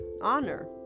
honor